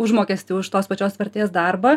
užmokestį už tos pačios vertės darbą